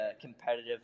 competitive